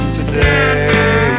today